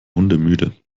hundemüde